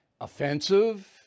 Offensive